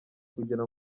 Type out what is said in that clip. kugira